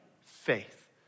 faith